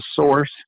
source